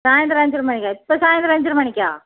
சாயந்தரம் அஞ்சரை மணிக்கா இப்போ சாயந்தரம் அஞ்சரை மணிக்கா